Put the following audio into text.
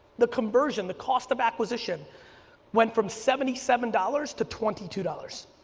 the conversion the cost of acquisition went from seventy seven dollars to twenty two dollars.